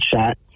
shot